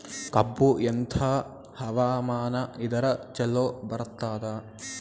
ಕಬ್ಬು ಎಂಥಾ ಹವಾಮಾನ ಇದರ ಚಲೋ ಬರತ್ತಾದ?